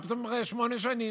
מה פתאום שמונה שנים?